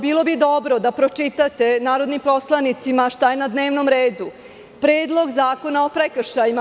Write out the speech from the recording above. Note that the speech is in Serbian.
Bilo bi dobro da pročitate narodnim poslanicima šta je na dnevnom redu - Predlog zakona o prekršajima.